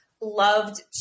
loved